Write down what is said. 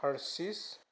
हारशिस